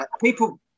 people